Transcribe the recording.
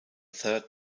third